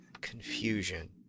Confusion